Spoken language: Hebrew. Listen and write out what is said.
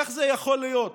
איך יכול להיות